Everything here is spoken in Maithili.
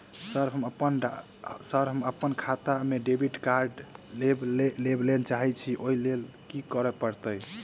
सर हम अप्पन खाता मे डेबिट कार्ड लेबलेल चाहे छी ओई लेल की परतै?